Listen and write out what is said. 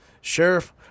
Sheriff